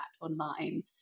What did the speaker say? online